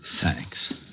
thanks